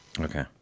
Okay